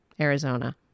Arizona